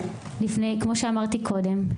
כמו שאמרתי קודם,